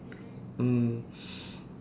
mm